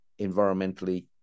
environmentally